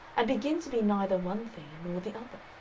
and begin to be neither one thing nor the other.